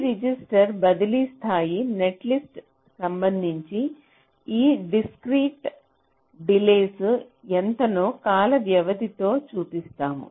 ఈ రిజిస్టర్ బదిలీ స్థాయి నెట్లిస్ట్కు సంబంధించి ఈ డిస్క్రిట్ డీలెస్ ఎంతనో కాల వ్యవధి తో చూపించాం